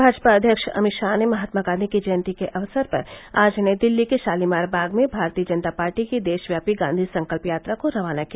भाजपा अध्यक्ष अमित शाह ने महात्मा गांधी की जयंती के अवसर पर आज नई दिल्ली के शालीमार बाग में भारतीय जनता पार्टी की देशव्यापी गांधी संकल्प यात्रा को रवाना किया